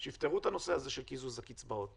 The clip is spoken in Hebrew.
שיפתרו את הנושא של קיזוז הקצבאות,